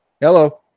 Hello